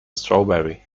strawberry